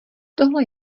tohle